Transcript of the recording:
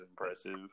impressive